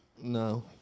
No